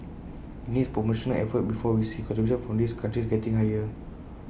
IT needs promotional effort before we see contributions from these countries getting higher